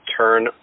turn